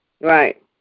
right